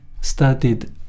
started